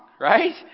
Right